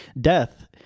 Death